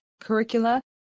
curricula